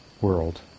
world